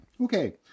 Okay